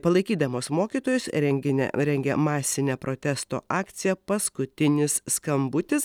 palaikydamos mokytojus renginine rengia masinę protesto akciją paskutinis skambutis